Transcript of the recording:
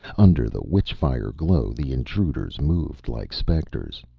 under the witch-fire glow the intruders moved like specters.